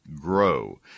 GROW